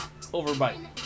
overbite